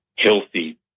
healthy